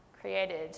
created